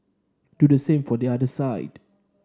do the same for the other side